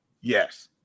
yes